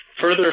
Further